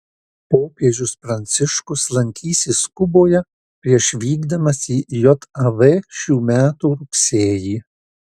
popiežius pranciškus lankysis kuboje prieš vykdamas į jav šių metų rugsėjį